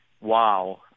wow